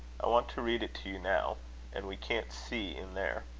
i want to read it to you now and we can't see in there.